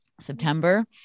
September